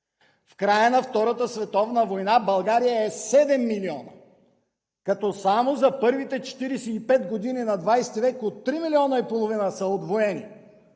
В края на Втората световна война България е 7 милиона, като само за първите 45 години на ХХ век от 3,5 милиона са удвоени